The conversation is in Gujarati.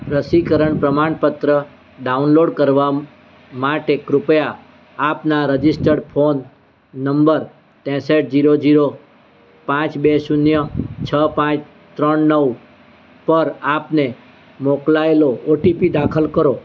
રસીકરણ પ્રમાણપત્ર ડાઉનલોડ કરવા માટે કૃપયા આપના રજિસ્ટર્ડ ફોન નંબર ત્રેસઠ ઝીરો ઝીરો પાંચ બે શૂન્ય છ પાંચ ત્રણ નવ પર આપને મોકલાયેલો ઓટીપી દાખલ કરો